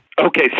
Okay